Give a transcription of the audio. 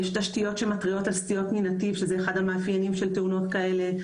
יש תשתיות שמתריעות על סטיות מנתיב - שזה אחד המאפיינים של תאונות כאלה,